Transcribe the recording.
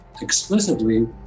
explicitly